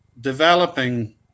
developing